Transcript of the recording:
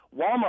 Walmart